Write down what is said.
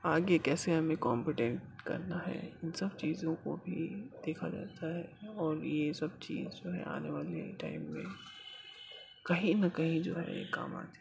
آگے کیسے ہمیں کانفیڈینٹ کرنا ہے ان سب چیزوں کو بھی دیکھا جاتا ہے اور یہ سب چیز جو ہیں آنے والے ٹائم میں کہیں نہ کہیں جو ہے کام آتی ہیں